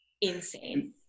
insane